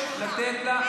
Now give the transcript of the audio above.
אתה מצנזר,